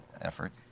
effort